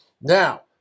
Now